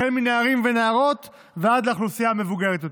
החל מנערים ונערות ועד האוכלוסייה המבוגרת יותר.